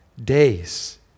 days